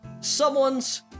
someone's